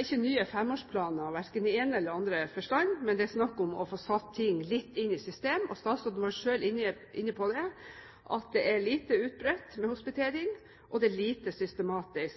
ikke nye femårsplaner, verken i den ene eller den andre forstand, men det er snakk om å få satt ting litt i system. Statsråden var selv inne på det, at det er lite utbredt med hospitering, og det er lite